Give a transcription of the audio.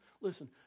listen